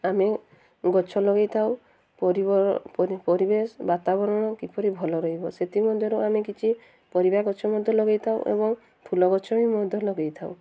ଆମେ ଗଛ ଲଗାଇଥାଉ ପରିବାର ପରିବେଶ ବାତାବରଣ କିପରି ଭଲ ରହିବ ସେଥିମଧ୍ୟରୁ ଆମେ କିଛି ପରିବା ଗଛ ମଧ୍ୟ ଲଗାଇଥାଉ ଏବଂ ଫୁଲ ଗଛ ବି ମଧ୍ୟ ଲଗାଇଥାଉ